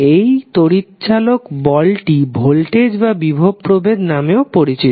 এই তড়িৎচালাক বলটি ভোল্টেজ বা বিভব প্রভেদ নামেও পরিচিত